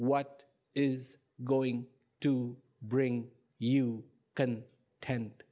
what is going to bring you can tend